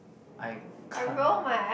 I cut